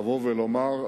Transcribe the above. לבוא ולומר: